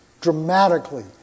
dramatically